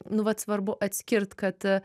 nu vat svarbu atskirt kad